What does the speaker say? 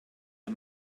der